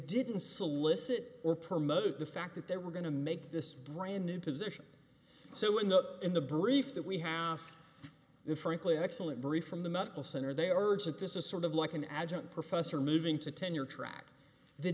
didn't solicit or promoted the fact that they were going to make this brand new position so in the in the brief that we have the frankly excellent brief from the medical center they are words that this is sort of like an adjunct professor moving to tenure track the